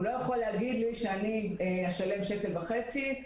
הוא לא יכול להגיד לי אם אשלם 1.50 שק,